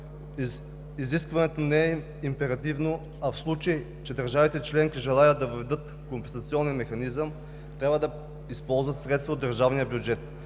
изискването не е императивно, а в случай че държавите – членки желаят да въведат компенсационен механизъм, трябва да използват средства от държавния бюджет.